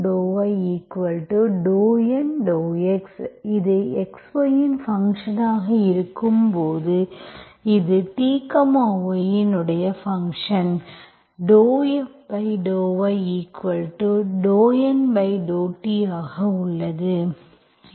∂M∂y ∂N∂x இது x y இன் function ஆக இருக்கும்போது இது t y இன் ஃபங்க்ஷன் ∂M∂y∂N∂t ஆக உள்ளது